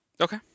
Okay